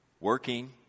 working